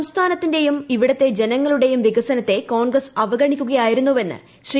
സംസ്ഥാനത്തിന്റെയും ഇവിടുത്തെ ജനങ്ങളുടെയും വികസനത്തെ കോൺഗ്രസ് അവഗണിക്കുകയായിരുന്നുവെന്ന് ശ്രീ